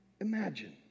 imagine